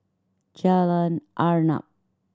Jalan Arnap